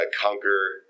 conquer